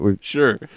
Sure